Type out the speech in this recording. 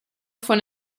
von